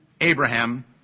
Abraham